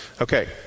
Okay